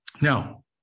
Now